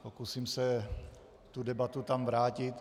Pokusím se tu debatu tam vrátit.